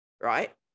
right